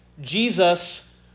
Jesus